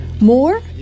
more